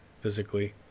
physically